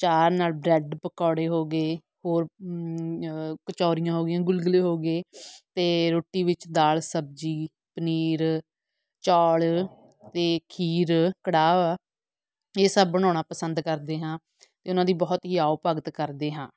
ਚਾਹ ਨਾਲ ਬਰੈੱਡ ਪਕੌੜੇ ਹੋ ਗਏ ਹੋਰ ਕਚੌਰੀਆਂ ਹੋ ਗਈਆਂ ਗੁਲਗਲੇ ਹੋ ਗਏ ਅਤੇ ਰੋਟੀ ਵਿੱਚ ਦਾਲ ਸਬਜ਼ੀ ਪਨੀਰ ਚੌਲ ਅਤੇ ਖੀਰ ਕੜਾਹ ਇਹ ਸਭ ਬਣਾਉਣਾ ਪਸੰਦ ਕਰਦੇ ਹਾਂ ਅਤੇ ਉਹਨਾਂ ਦੀ ਬਹੁਤ ਹੀ ਆਉ ਭਗਤ ਕਰਦੇ ਹਾਂ